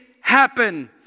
happen